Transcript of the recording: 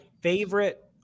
favorite